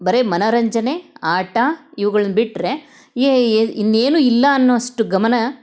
ಬರೀ ಮನರಂಜನೆ ಆಟ ಇವುಗಳ್ನ ಬಿಟ್ಟರೆ ಏ ಏ ಇನ್ನೇನು ಇಲ್ಲ ಅನ್ನೋಷ್ಟು ಗಮನ